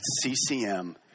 CCM